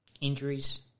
injuries